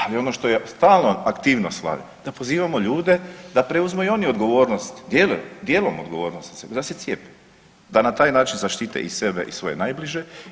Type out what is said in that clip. Ali ono što je stalna aktivnost Vlade da pozivamo ljude da preuzmu i oni odgovornost, dijelom odgovornost da se cijepe, da na taj način zaštite i sebe i svoje najbliže.